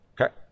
Okay